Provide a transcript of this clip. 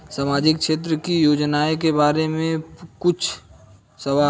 सामाजिक क्षेत्र की योजनाए के बारे में पूछ सवाल?